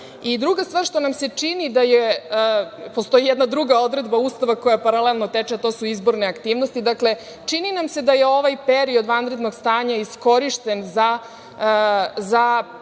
i, druga stvar, što nam se čini da postoji jedna druga odredba Ustava koja paralelno teče, a to su izborne aktivnosti. Dakle, čini nam se da je ovaj period vanrednog stanja iskorišćen za, praktično,